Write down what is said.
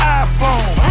iPhone